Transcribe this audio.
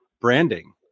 branding